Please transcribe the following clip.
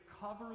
cover